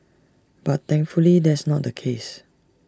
but thankfully that's not the case